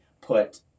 put